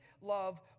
love